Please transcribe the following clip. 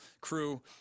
crew